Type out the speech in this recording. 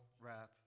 wrath